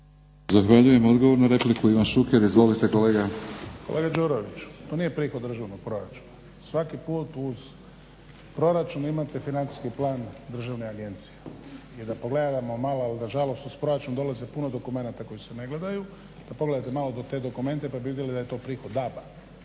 Zahvaljujem. Odgovor na repliku Ivan Šuker. Izvolite. **Šuker, Ivan (HDZ)** Kolega Đurović to nije prihod državnog proračuna. svaki put uz proračun imate financijski plan državne agencije i da pogledamo malo nažalost uz proračun dolazi puno dokumenata koji se ne gledaju po pogledajte malo te dokumente pa bi vidjeli da je to prihod DAB-a,